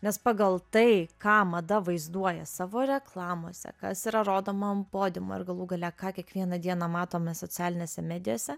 nes pagal tai ką mada vaizduoja savo reklamose kas yra rodoma ant podiumo ir galų gale ką kiekvieną dieną matome socialinėse medijose